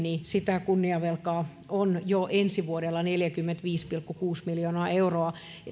sitä kunniavelkaa on jo ensi vuodelle neljäkymmentäviisi pilkku kuusi miljoonaa euroa